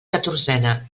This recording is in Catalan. catorzena